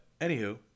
anywho